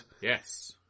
Yes